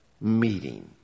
meeting